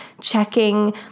checking